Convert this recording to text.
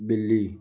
ਬਿੱਲੀ